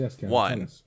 one